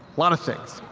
lot of things.